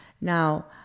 Now